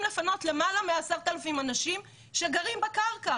לפנות למעלה מ-10,000 אנשים שגרים בקרקע.